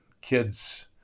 kids